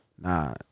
nah